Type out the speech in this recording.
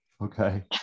okay